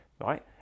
right